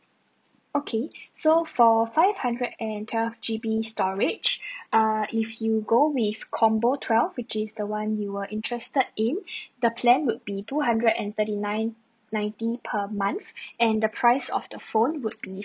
okay so for five hundred and twelve G_B storage uh if you go with combo twelve which is the one you were interested in the plan would be two hundred and thirty nine ninety per month and the price of the phone would be